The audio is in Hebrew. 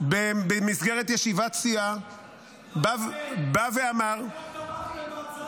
במסגרת ישיבת סיעה בא ואמר --- לא ייאמן.